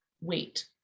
wait